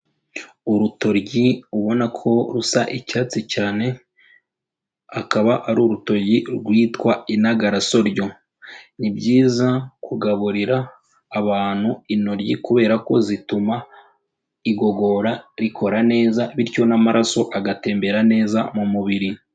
Urutoryi ubona ko rusa icyatsi cyane, akaba ari urutoyi rwitwa inagarasoryo, ni byiza kugaburira abantu intoryi kubera ko zituma igogora rikora neza bityo n'amaraso agatembera neza mu mubiri.